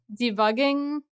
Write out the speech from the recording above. debugging